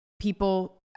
People